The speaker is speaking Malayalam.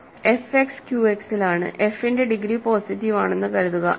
എഫ് എക്സ് ക്യുഎക്സിലാണ് എഫ് ന്റെ ഡിഗ്രി പോസിറ്റീവ് ആണെന്ന് കരുതുക